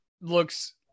looks